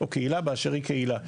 או קהילה באשר היא קהילה.